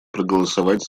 проголосовать